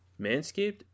manscaped